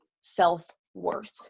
self-worth